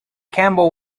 campbell